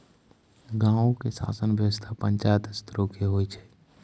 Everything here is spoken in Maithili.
गांवो के शासन व्यवस्था पंचायत स्तरो के होय छै